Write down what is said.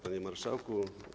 Panie Marszałku!